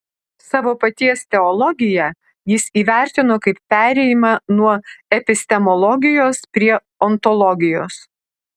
savo paties teologiją jis įvertino kaip perėjimą nuo epistemologijos prie ontologijos